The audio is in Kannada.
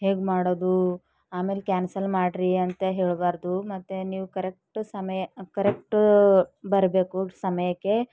ಹೇಗೆ ಮಾಡೋದು ಆಮೇಲೆ ಕ್ಯಾನ್ಸಲ್ ಮಾಡ್ರಿ ಅಂತ ಹೇಳ್ಬಾರ್ದು ಮತ್ತು ನೀವು ಕರೆಕ್ಟ್ ಸಮಯ ಕರೆಕ್ಟ್ ಬರಬೇಕು ಸಮಯಕ್ಕೆ